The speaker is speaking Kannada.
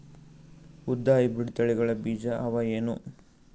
ಉದ್ದ ಹೈಬ್ರಿಡ್ ತಳಿಗಳ ಬೀಜ ಅವ ಏನು?